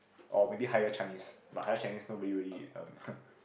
or maybe higher Chinese but higher Chinese nobody really um